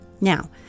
Now